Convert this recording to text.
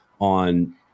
on